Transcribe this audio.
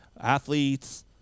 athletes